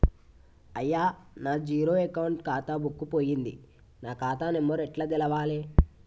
అయ్యా నా zero account ఖాతా బుక్కు పోయింది నా ఖాతా నెంబరు ఎట్ల తెలవాలే?